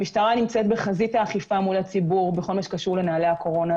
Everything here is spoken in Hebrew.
המשטרה נמצאת בחזית האכיפה מול הציבור בכל מה שקשור לנהלי הקורונה,